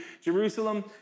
Jerusalem